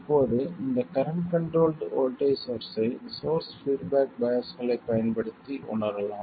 இப்போது இந்த current controlled voltage சோர்ஸ்ஸை சோர்ஸ் பீட்பேக் பையாஸ்களைப் பயன்படுத்தி உணரலாம்